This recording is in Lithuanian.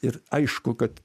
ir aišku kad